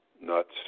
nuts